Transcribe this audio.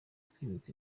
twibuka